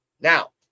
Now